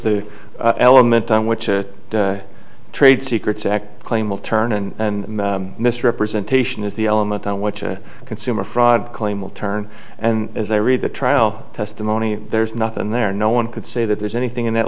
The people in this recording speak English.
the element on which a trade secrets act claim will turn and misrepresentation is the element on what the consumer fraud claim will turn and as i read the trial testimony there's nothing there no one could say that there's anything in that